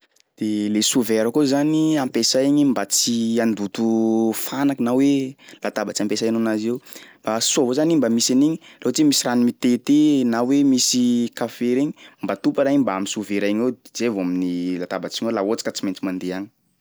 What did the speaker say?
De le sous verre koa zany ampiasay igny mba tsy handoto fanaky na hoe latabatsy ampiasainao anazy eo, soa avao zany igny mba misy an'igny laha ohatry hoe misy rano mitete na hoe misy kafe regny mba atopa raha igny mba amin'ny sous vera igny ao de zay vao amin'ny latabatsinao laha ohatsy ka tsy maintsy mandeha agny.